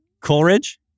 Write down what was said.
Coleridge